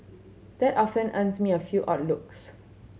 that often earns me a few odd looks